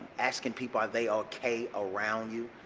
asking people are they okay around you,